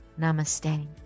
namaste